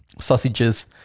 sausages